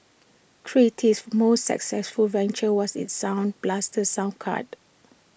creative's most successful venture was its sound blaster sound card